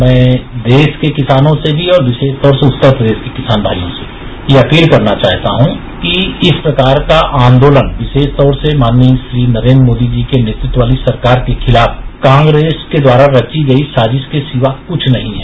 मैं देश के किसानों से भी विशेषतौर से उत्तर प्रदेश के किसान भाइयों से यह अपील करना चाहता हूं कि इस प्रकार का आन्दोलन विशेष तौर से माननीय श्री नरेन्द्र मोदी जी के नेतृत्व वाली सरकार के खिलाफ कांग्रेस के द्वारा रची गई साजिश के सिवा कुछ नहीं है